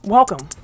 Welcome